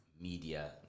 media